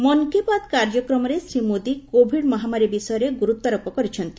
ମନ୍ କି ବାତ୍ କାର୍ଯ୍ୟକ୍ରମରେ ଶ୍ରୀ ମୋଦି କୋଭିଡ ମହାମାରୀ ବିଷୟରେ ଗୁରୁତ୍ୱାରୋପ କରିଛନ୍ତି